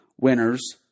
winners